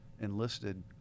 enlisted